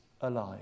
alive